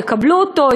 יקבלו אותו,